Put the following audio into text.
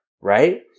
right